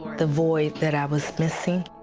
the void that i was missing,